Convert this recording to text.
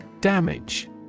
Damage